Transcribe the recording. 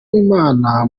w’imana